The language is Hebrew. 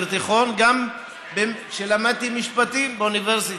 תיכון וגם כשלמדתי משפטים באוניברסיטה.